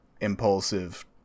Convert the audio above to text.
impulsive